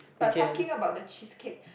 but talking about the cheesecake